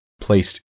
placed